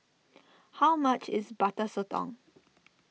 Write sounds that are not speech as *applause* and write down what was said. how much is Butter Sotong *noise*